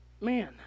man